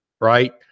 right